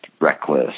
reckless